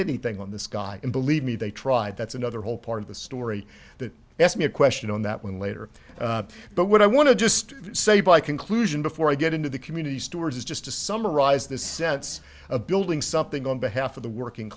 anything on this guy and believe me they tried that's another whole part of the story that asked me a question on that one later but what i want to just say by conclusion before i get into the community stuart is just to summarize this sets a building something on behalf of the working